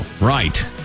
Right